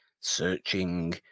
searching